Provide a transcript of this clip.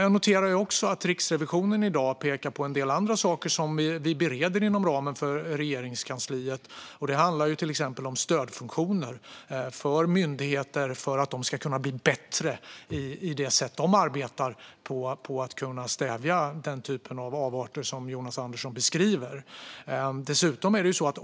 Jag noterar att Riksrevisionen i dag också pekar på en del andra saker som vi bereder inom ramen för Regeringskansliet. Det handlar till exempel om stödfunktioner för myndigheter så att de kan bli bättre i sitt arbete med att stävja den typ av avarter som Jonas Andersson beskriver.